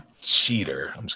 Cheater